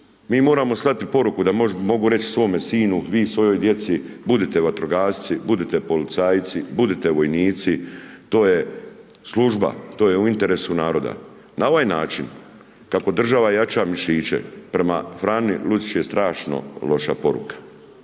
Mi moramo slati poruku, da mogu reći svome sinu, vi svojoj djeci, budite vatrogasci, budite policajci, budite vojnici, to je služba, to je u interesu naroda. Na ovaj način, kako država jača mišiće, prema Frani Luciću je strašno loša poruka,